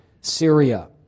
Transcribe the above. Syria